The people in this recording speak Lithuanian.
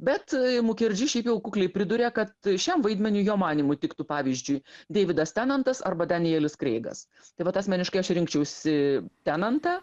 bet mukerdži šiaip jau kukliai priduria kad šiam vaidmeniui jo manymu tiktų pavyzdžiui deividas tenantas arba danielis kreigas tai vat asmeniškai aš rinkčiausi tenantą